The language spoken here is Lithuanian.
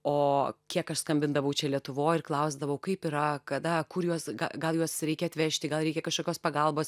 o kiek aš skambindavau čia lietuvoj ir klausdavau kaip yra kada kur juos gal juos reikia atvežti gal reikia kažkokios pagalbos